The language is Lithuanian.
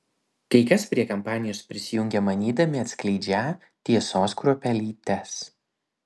kai kas prie kampanijos prisijungia manydami atskleidžią tiesos kruopelytes